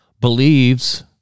believes